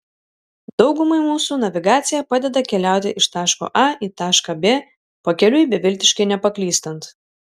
daugumai mūsų navigacija padeda keliauti iš taško a į tašką b pakeliui beviltiškai nepaklystant